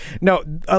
No